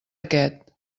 aquest